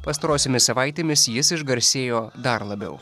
pastarosiomis savaitėmis jis išgarsėjo dar labiau